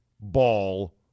ball